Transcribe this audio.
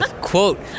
quote